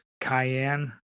cayenne